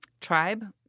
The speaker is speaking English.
tribe